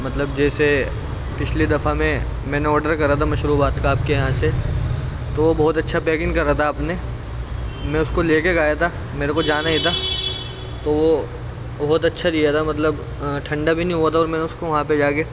مطلب جیسے پچھلی دفعہ میں میں نے آڈر کرا تھا مشروبات کا آپ کے یہاں سے تو بہت اچھا پیکن کرا تھا آپ نے میں اس کو لے کے گیا تھا میرے کو جانا ہی تھا تو وہ بہت اچھا دیا تھا مطلب ٹھنڈا بھی نہیں ہوا تھا اور میں نے اس کو وہاں پہ جا کے